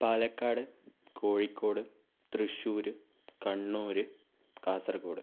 Palakkad Kozhikode Thrissur Kannur Kasaragod